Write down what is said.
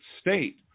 state